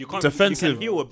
defensive